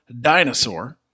Dinosaur